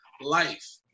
life